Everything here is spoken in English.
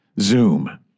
Zoom